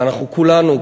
ואנחנו כולנו,